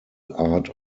art